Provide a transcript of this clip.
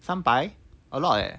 三百 a lot eh